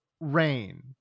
Rain